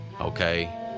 Okay